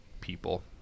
people